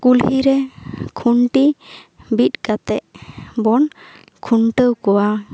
ᱠᱩᱞᱦᱤ ᱨᱮ ᱠᱷᱩᱱᱴᱤ ᱵᱤᱫ ᱠᱟᱛᱮᱜ ᱵᱚᱱ ᱠᱷᱩᱱᱴᱟᱹᱣ ᱠᱚᱣᱟ